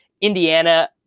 Indiana